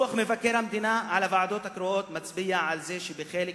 דוח מבקר המדינה על הוועדות הקרואות מצביע על זה שבחלק